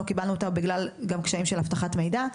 אבל לא קיבלנו אותם גם בגלל קשיים של אבטחת מידע.